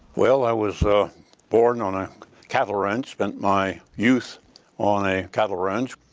well, i was born on a cattle ranch, spent my youth on a cattle ranch.